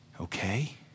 Okay